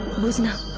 listeners